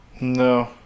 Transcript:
No